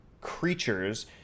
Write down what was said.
creatures